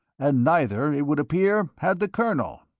and neither, it would appear, had the colonel.